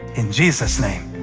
in jesus' name,